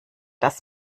das